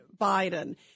Biden